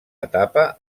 etapa